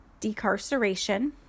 decarceration